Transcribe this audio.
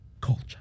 culture